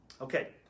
Okay